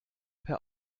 per